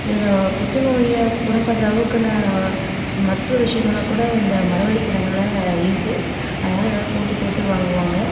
இதில் புற்று நோயை குணப்படுத்துகிற அளவுக்குன்னு மருத்துவ விஷயங்கெளாம் கூட இந்த மரவள்ளிக் கிழங்குல இருக்குது அதனால எல்லாேரும் போட்டி போட்டு வாங்குவாங்க